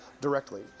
directly